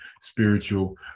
spiritual